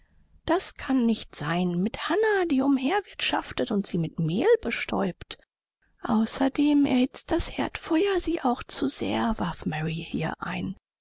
das kann nicht sein mit hannah die umher wirtschaftet und sie mit mehl bestäubt außerdem erhitzt das herdfeuer sie auch zu sehr warf mary hier ein